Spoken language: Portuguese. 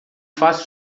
fácil